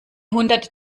hundert